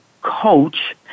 coach